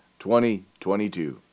2022